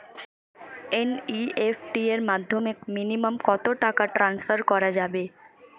NEFT এর মাধ্যমে minimum কত টাকা টান্সফার করা যাবে?